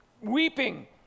weeping